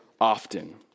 often